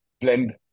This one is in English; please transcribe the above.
blend